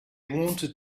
wanted